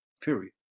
period